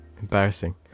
Embarrassing